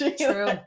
true